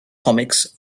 comics